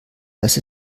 dass